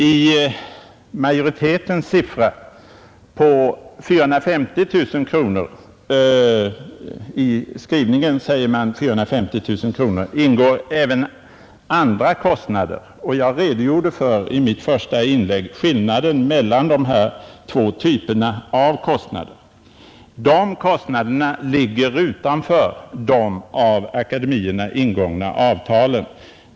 I den siffra på 450 000 kronor som anges i majoritetens skrivning ingår även andra kostnader, och jag redogjorde i mitt inlägg för skillnaden mellan de här två typerna av kostnader. De kostnaderna ligger utanför de av akademierna ingångna avtalen.